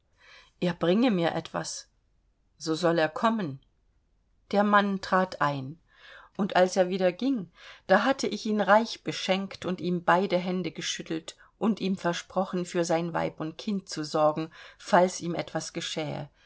er bringe mir etwas so soll er kommen der mann trat ein und als er wieder ging da hatte ich ihn reich beschenkt und ihm beide hände geschüttelt und ihm versprochen für sein weib und kind zu sorgen falls ihm etwas geschähe